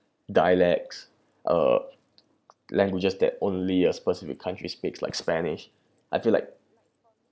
dialects uh languages that only a specific country speaks like spanish I feel like